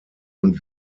und